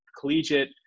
collegiate